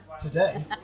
Today